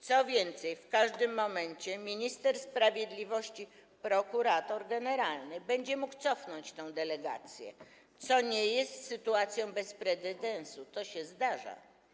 Co więcej, w każdym momencie minister sprawiedliwości - prokurator generalny będzie mógł cofnąć tę delegację, co nie jest sytuacją bez precedensu, to się zdarza.